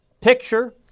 picture